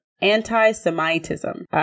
anti-Semitism